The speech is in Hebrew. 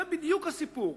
זה בדיוק הסיפור.